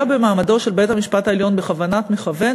במעמדו של בית-המשפט העליון בכוונת מכוון,